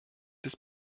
des